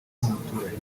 bw’umuturage